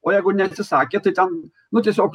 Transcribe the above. o jeigu neatsisakė tai ten nu tiesiog